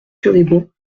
furibond